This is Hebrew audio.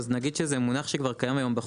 א' אז נגיד שזה מונח שכבר קיים היום בחוק,